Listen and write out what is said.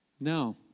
No